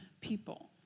people